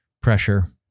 pressure